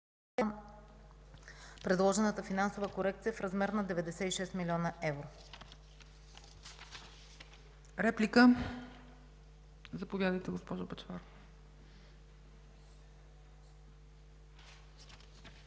предложената финансова корекция в размер на 96 млн. евро.